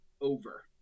over